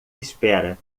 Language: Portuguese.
espera